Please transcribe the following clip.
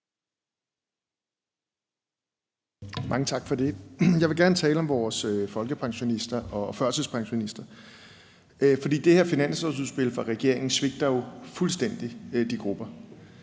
Mange tak for det. Jeg vil gerne tale om vores folkepensionister og førtidspensionister. For det her finanslovsudspil fra regeringen svigter jo fuldstændig de grupper.